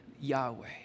Yahweh